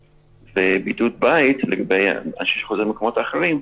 בידוד בית, לגבי אנשים שחוזרים ממקומות אחרים,